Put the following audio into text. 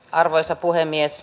arvoisa puhemies